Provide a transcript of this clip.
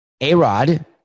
A-Rod